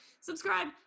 subscribe